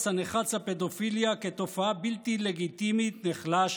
הנחרץ לפדופיליה כתופעה בלתי לגיטימית נחלש,